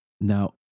now